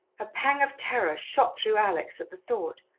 a pang of terror shot through alex at the thought.